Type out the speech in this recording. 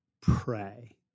pray